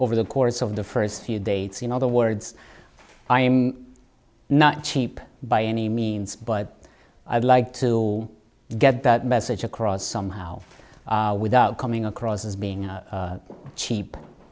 over the course of the first few dates you know the words i am not cheap by any means but i'd like to get that message across somehow without coming across as being a cheap